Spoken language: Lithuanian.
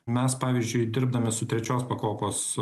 mes pavyzdžiui dirbdami su trečios pakopos